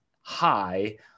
high